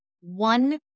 one